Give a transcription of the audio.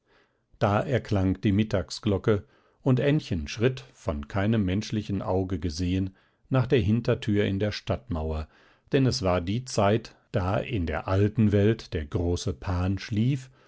da erklang die mittagsglocke und ännchen schritt von keinem menschlichen auge gesehen nach der hintertür in der stadtmauer denn es war die zeit da in der alten welt der große pan schlief